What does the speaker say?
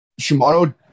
Shimano